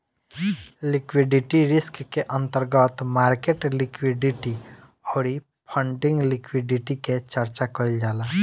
liquidity risk के अंतर्गत market liquidity अउरी फंडिंग लिक्विडिटी के चर्चा कईल जाला